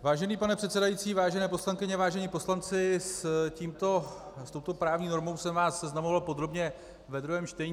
Vážený pane předsedající, vážené poslankyně, vážení poslanci, s touto právní normou jsem vás seznamoval podrobně ve druhém čtení.